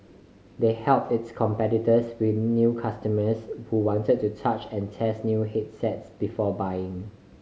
they helped its competitors win new customers who wanted to touch and test new handsets before buying